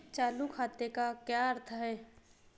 चालू खाते का क्या अर्थ है?